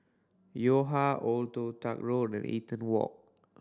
Yo Ha Old Toh Tuck Road and Eaton Walk